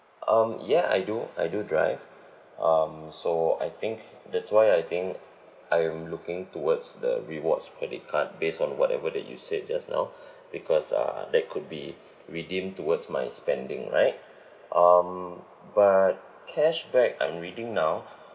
um yeah I do I do drive um so I think that's why I think I'm looking towards the rewards credit card based on whatever that you said just now because uh that could be redeem towards my spending right um but cashback I'm reading now